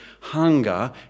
hunger